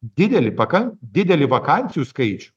didelį paka didelį vakansijų skaičių